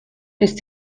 ist